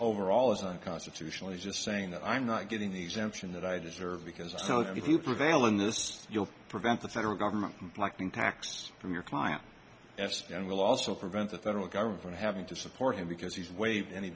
overall is unconstitutional he's just saying that i'm not getting the exemption that i deserve because i know that if you prevail in this you'll prevent the federal government liking taxes from your client and will also prevent that federal government having to support him because he's waived any